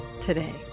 today